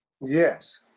Yes